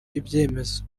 ibyemezo